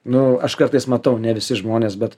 nu aš kartais matau ne visi žmonės bet